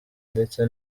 ndetse